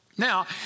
Now